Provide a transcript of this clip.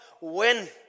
win